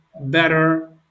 better